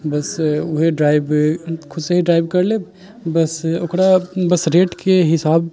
बस उहे ड्राइव खुदसँ ही ड्राइव करि लेब बस ओकरा बस रेटके हिसाब